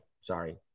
Sorry